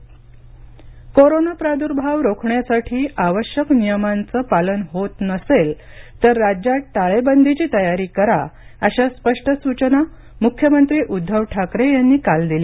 मुख्यमंत्री कोरोना आढावा कोरोना प्रादुर्भाव रोखण्यासाठी आवश्यक नियमांचं पालन होत नसेलं तर राज्यात टाळेबंदीची तयारी करा अशा स्पष्ट सूचना मुख्यमंत्री उद्दव ठकारे यांनी काल दिल्या